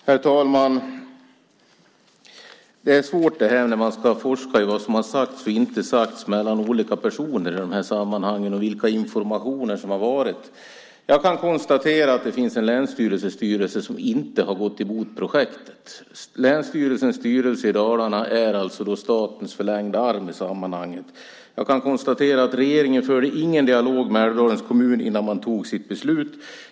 Herr talman! Det är svårt när man ska forska i vad som har sagts och inte sagts mellan olika personer i de här sammanhangen och vilka informationer som har varit. Jag kan konstatera att länsstyrelsens styrelse inte har gått i god för projektet. Länsstyrelsens styrelse i Dalarna är statens förlängda arm i sammanhanget. Regeringen förde ingen dialog med Älvdalens kommun innan den fattade sitt beslut.